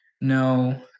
No